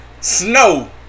Snow